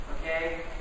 Okay